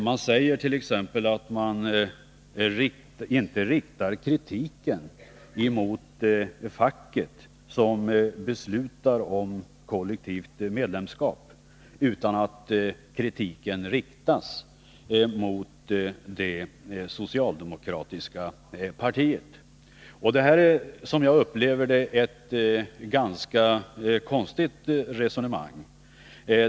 Man säger t.ex. att man inte riktar kritiken mot facket som beslutar om kollektivt medlemskap, utan att kritiken riktas mot det socialdemokratiska partiet. Det är ett ganska konstigt resonemang.